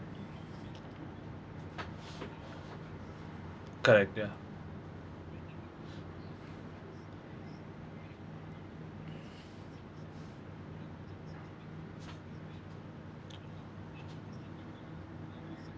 correct ya